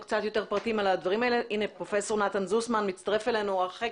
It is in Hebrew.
אנחנו לא רוצים להוציא נוהל